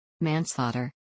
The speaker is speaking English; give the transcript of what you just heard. Manslaughter